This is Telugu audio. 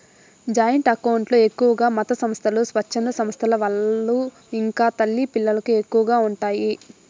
జాయింట్ అకౌంట్ లో ఎక్కువగా మతసంస్థలు, స్వచ్ఛంద సంస్థల వాళ్ళు ఇంకా తల్లి పిల్లలకు ఎక్కువగా ఉంటాయి